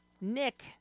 Nick